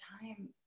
time